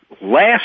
last